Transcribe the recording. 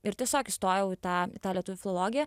ir tiesiog įstojau į tą tą lietuvių filologiją